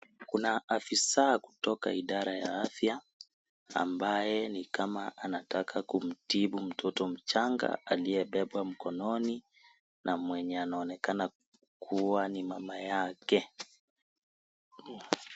Kuna afisa kutoka idara ya afya, ambaye nikama anataka kumtibu mtoto mchanga aliyebeba mkononi na mwenye anaonekana kuwa ni mama yake.